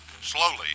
Slowly